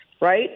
right